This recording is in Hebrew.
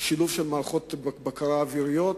שילוב מערכות בקרה אוויריות,